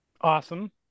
Awesome